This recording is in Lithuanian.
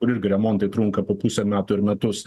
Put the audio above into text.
kur irgi remontai trunka po pusę metų ir metus